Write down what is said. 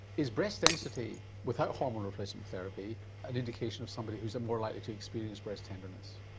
is breast density without hormone replacement therapy an indication of somebody who's more likely to experience breast tenderness?